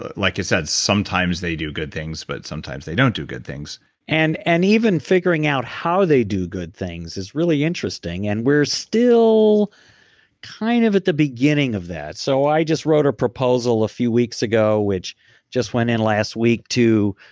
like you said, sometimes they do good things but sometimes they don't do good things and and even figuring out how they do good things is really interesting and we're still kind of at the beginning of that. so i just wrote a proposal a few weeks ago which just went in last week to